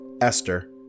Esther